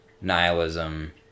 nihilism